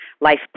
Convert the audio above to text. life